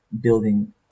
building